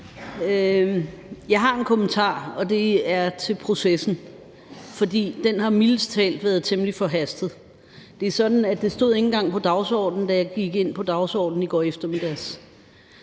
Jeg har en kommentar, og det er i forhold til processen, for den har mildest talt været temmelig forhastet. Det er sådan, at det ikke engang stod på dagsordenen, da jeg kiggede i går eftermiddag.